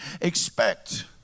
expect